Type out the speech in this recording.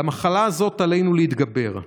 על המחלה הזאת עלינו להתגבר.